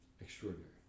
extraordinary